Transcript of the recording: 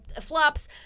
flops